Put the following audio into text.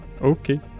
okay